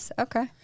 Okay